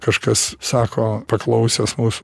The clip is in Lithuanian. kažkas sako paklausęs mus